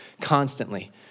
constantly